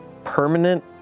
permanent